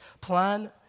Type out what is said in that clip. plan